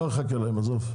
עכשיו ולא נחכה להם עזור,